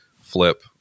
flip